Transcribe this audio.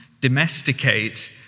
domesticate